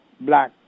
black